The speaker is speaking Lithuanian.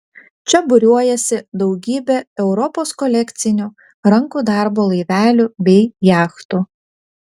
čia būriuojasi daugybė europos kolekcinių rankų darbo laivelių bei jachtų